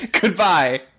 Goodbye